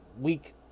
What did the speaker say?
week